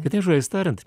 kitais žodžiais tariant